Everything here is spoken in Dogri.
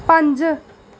पंज